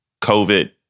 COVID